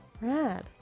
Rad